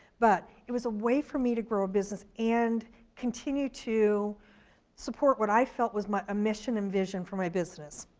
but it was a way for me to grow a business and continue to support what i felt was a mission and vision for my business.